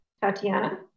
Tatiana